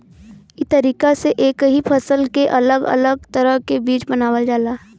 ई तरीका से एक ही फसल के अलग अलग तरह के बीज बनावल जाला